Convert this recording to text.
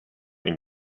and